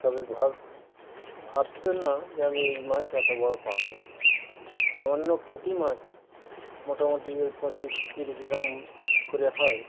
তবে ভাব ভাবতাম না যে আমি এই মাছ এত বড় পাব সামান্য পুঁটি মাছ মোটামুটি ওই পঁচিশ তিরিশ গ্রাম করে হয়